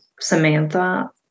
Samantha